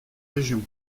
région